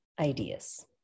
ideas